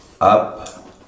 up